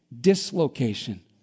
dislocation